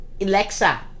Alexa